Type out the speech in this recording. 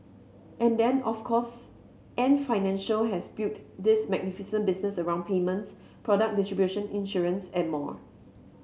and then of course Ant Financial has built this magnificent business around payments product distribution insurance and more